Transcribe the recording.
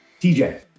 TJ